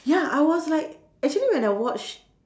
ya I was like actually when I watch